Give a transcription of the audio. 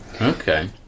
okay